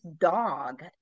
dog